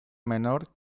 menor